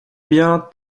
bien